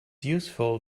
useful